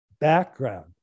background